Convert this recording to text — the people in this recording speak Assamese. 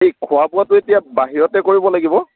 ঠিক খোৱা বোৱাটো এতিয়া বাহিৰতে কৰিব লাগিব